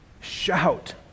shout